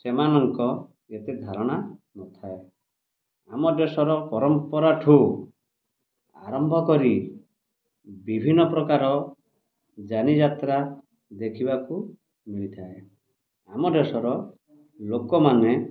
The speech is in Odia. ସେମାନଙ୍କ ଏତେ ଧାରଣା ନଥାଏ ଆମ ଦେଶର ପରମ୍ପରାଠୁ ଆରମ୍ଭ କରି ବିଭିନ୍ନ ପ୍ରକାର ଯାନି ଯାତ୍ରା ଦେଖିବାକୁ ମିଳିଥାଏ ଆମ ଦେଶର ଲୋକମାନେ